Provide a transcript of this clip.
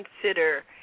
consider